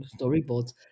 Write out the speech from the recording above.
storyboards